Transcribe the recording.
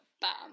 bam